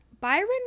Byron